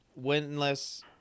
winless